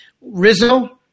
Rizzo